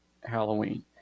halloween